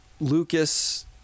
Lucas